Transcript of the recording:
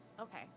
Okay